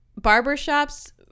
barbershops